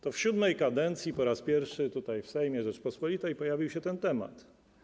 To w VII kadencji po raz pierwszy tutaj, w Sejmie Rzeczypospolitej pojawił się ten temat.